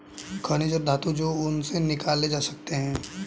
खनिज और धातु जो उनसे निकाले जा सकते हैं